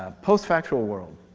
ah post-factual world.